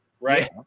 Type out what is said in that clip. right